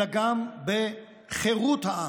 אלא גם בחירות העם,